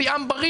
בלי עם בריא.